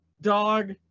dog